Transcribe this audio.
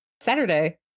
Saturday